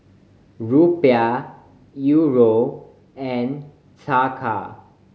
Rupiah Euro and Taka